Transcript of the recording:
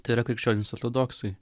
tai yra krikščionys ortodoksai